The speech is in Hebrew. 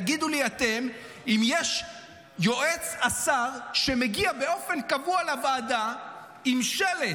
תגידו לי אתם אם יש יועץ שר שמגיע באופן קבוע לוועדה עם שלט,